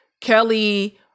Kelly